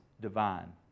divine